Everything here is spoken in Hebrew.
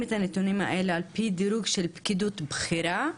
על פי דירוג של פקידות בכירה,